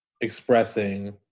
expressing